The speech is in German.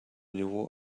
niveau